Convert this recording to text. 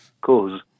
cause